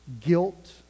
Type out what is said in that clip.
guilt